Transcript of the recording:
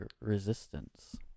resistance